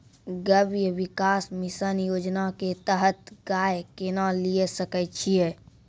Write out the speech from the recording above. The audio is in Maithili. गव्य विकास मिसन योजना के तहत गाय केना लिये सकय छियै?